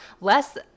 less